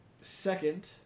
second